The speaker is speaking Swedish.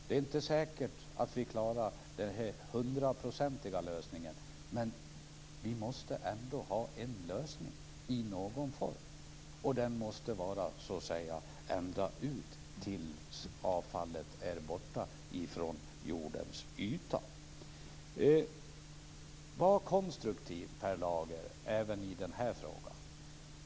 Det är inte säkert att vi klarar den här hundraprocentiga lösningen, men vi måste ändå ha en lösning i någon form och den måste räcka ända tills avfallet är borta från jordens yta. Var konstruktiv, Per Lager, även i den här frågan!